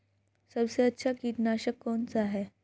सबसे अच्छा कीटनाशक कौन सा है?